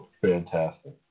Fantastic